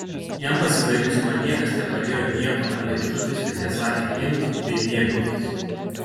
jam pasibaigus man niekas nepadėjo nieko ant lėkštutės ir nesakė imk bei mėgaukis